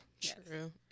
True